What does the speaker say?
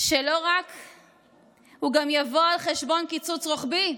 שיבוא גם על חשבון קיצוץ רוחבי,